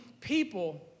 people